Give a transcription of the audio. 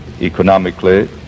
Economically